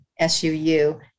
SUU